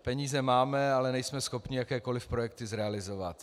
Peníze máme, ale nejsme schopni jakékoliv projekty zrealizovat.